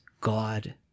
God